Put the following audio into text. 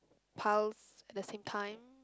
piles at the same time